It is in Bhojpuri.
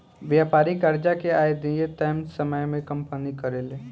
व्यापारिक कर्जा के अदायगी तय समय में कंपनी करेले